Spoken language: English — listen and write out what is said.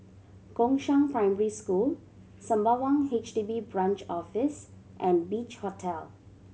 Gongshang Primary School Sembawang H D B Branch Office and Beach Hotel